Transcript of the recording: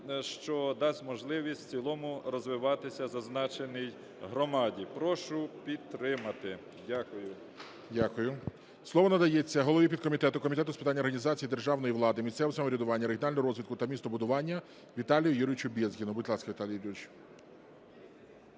що дасть можливість в цілому розвиватися зазначеній громаді. Прошу підтримати. Дякую. ГОЛОВУЮЧИЙ. Дякую. Слово надається голові підкомітету Комітету з питань організації державної влади, місцевого самоврядування, регіонального розвитку та містобудування Віталію Юрійовичу Безгіну. Будь ласка, Віталій Юрійович.